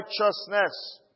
righteousness